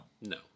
No